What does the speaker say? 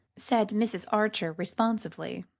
said mrs. archer responsively.